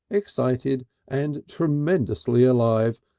excited, and tremendously alive,